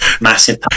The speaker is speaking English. massive